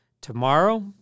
tomorrow